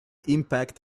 impact